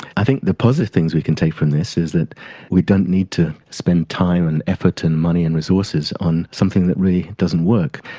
i think the positive things we can take from this is that we don't need to spend time and effort and money and resources on something that really doesn't work.